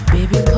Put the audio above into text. Baby